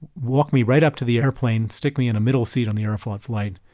walked me right up to the airplane, stick me in a middle seat on the aeroflot flight.